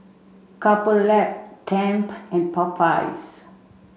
Couple Lab Tempt and Popeyes